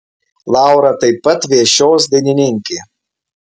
laura taip pat viešios dainininkė